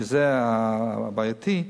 וזה הבעייתי.